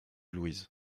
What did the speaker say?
louise